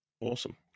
Awesome